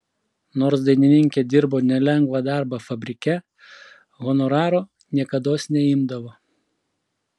nors dainininkė dirbo nelengvą darbą fabrike honoraro niekados neimdavo